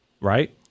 right